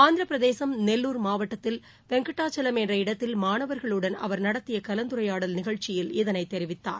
ஆந்திரப் பிரதேசம் நெல்லூர் மாவட்டத்தில் வெங்கடாச்சலம் என்ற இடத்தில் மாணவர்களுடன் அவர் நடத்திய கலந்துரையாடல் நிகழ்ச்சியில் இதனை தெரிவித்தார்